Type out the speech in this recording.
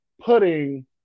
putting